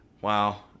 Wow